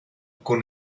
con